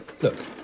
look